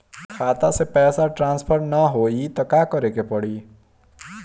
खाता से पैसा ट्रासर्फर न होई त का करे के पड़ी?